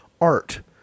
art